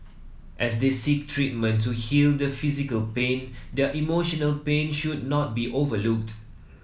as they seek treatment to heal the physical pain their emotional pain should not be overlooked